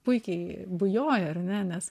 puikiai bujoja ar ne nes